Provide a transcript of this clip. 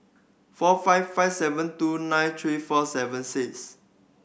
four five five seven two nine three four seven six